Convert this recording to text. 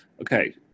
okay